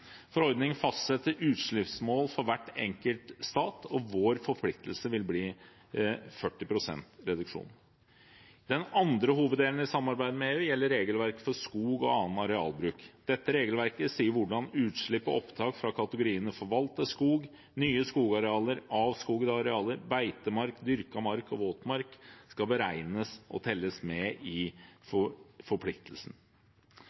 Forordningen fastsetter utslippsmål for hver enkelt stat, og vår forpliktelse vil bli 40 pst. reduksjon. Den andre hoveddelen i samarbeidet med EU gjelder regelverket for skog og annen arealbruk. Dette regelverket sier hvordan utslipp og opptak fra kategoriene forvaltet skog, nye skogarealer, avskogede arealer, beitemark, dyrket mark og våtmark skal beregnes og telles med i